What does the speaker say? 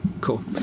Cool